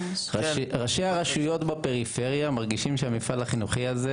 ראשי הרשויות בפריפריה מרגישים שהמפעל החינוכי הזה,